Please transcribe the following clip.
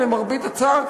למרבה הצער,